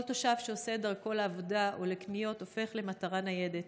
כל תושב שעושה את דרכו לעבודה או לקניות הופך למטרה ניידת,